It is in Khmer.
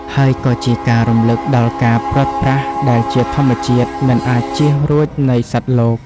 ហើយក៏ជាការរំលឹកដល់ការព្រាត់ប្រាសដែលជាធម្មជាតិមិនអាចចៀសរួចនៃសត្វលោក។